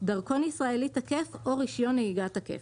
דרכון ישראלי תקף או רישיון תקף"